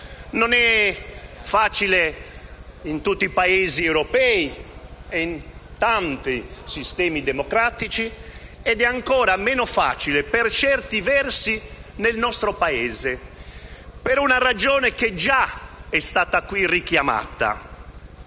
non lo è in tutti i Paesi europei e in tanti sistemi democratici, ed è ancora meno facile, per certi versi, nel nostro Paese per una ragione che è già stata qui richiamata,